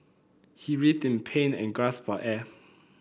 he writhed in pain and gasped for air